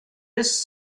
bis